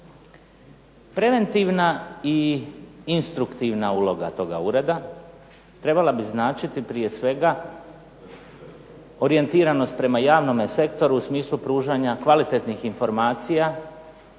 Preventivna i instruktivna uloga toga ureda trebala bi značiti prije svega orijentiranost prema javnom sektoru u smislu pružanja kvalitetnih informacija